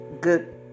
good